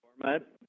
format